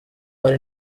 hari